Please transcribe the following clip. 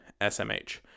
SMH